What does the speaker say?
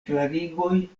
klarigoj